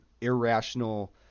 irrational